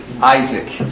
Isaac